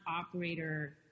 operator